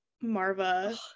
Marva